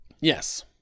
yes